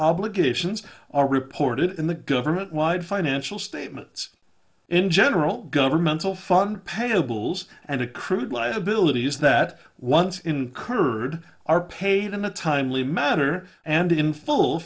obligations are reported in the government wide financial statements in general governmental fund payables and a crude liabilities that once in curd are paid in a timely manner and in